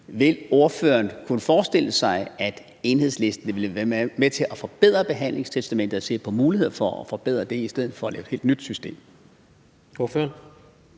Vil ordføreren kunne forestille sig, at Enhedslisten ville være med til at forbedre behandlingstestamentet og se på mulighederne for at forbedre det i stedet for at lave et helt nyt system? Kl.